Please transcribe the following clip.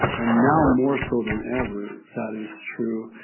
and now, more so than ever that is true.